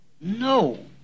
No